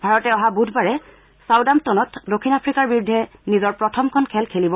ভাৰতে অহা বুধবাৰে চাউদাম্পটনত দক্ষিণ আফ্ৰিকাৰ বিৰুদ্ধে নিজৰ প্ৰথমখন খেল খেলিব